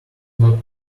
not